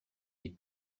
les